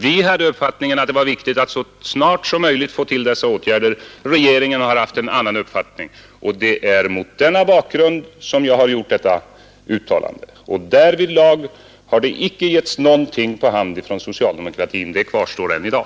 Vi hade uppfattningen att det var viktigt att så snart som möjligt få till stånd dessa åtgärder, medan regeringen hade en annan uppfattning. Det är mot denna bakgrund jag gjort detta uttalande. Därvidlag har det inte getts någonting på hand från socialdemokratin — det kvarstår än i dag.